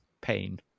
pain